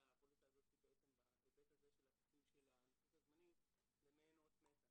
הפוליסה הזאת בהיבט הזה של הפיצוי של הנכות הזמנית למעין אות מתה.